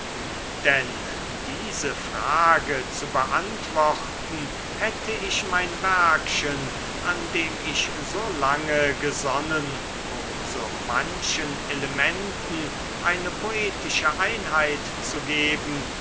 denn diese frage zu beantworten hätte ich mein werkchen an dem ich so lange gesonnen um so manchen elementen eine poetische einheit zu geben